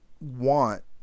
want